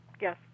yes